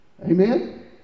Amen